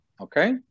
okay